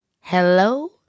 Hello